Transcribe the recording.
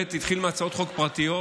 הוא התחיל מהצעות חוק פרטיות,